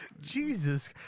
Jesus